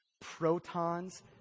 protons